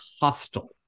hostile